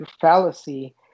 fallacy